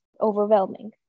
overwhelming